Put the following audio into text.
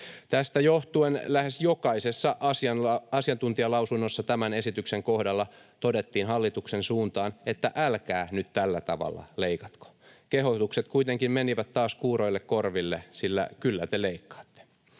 Tästä johtuen lähes jokaisessa asiantuntijalausunnossa tämän esityksen kohdalla todettiin hallituksen suuntaan, että älkää nyt tällä tavalla leikatko. Kehotukset kuitenkin menivät taas kuuroille korville, sillä kyllä te leikkaatte.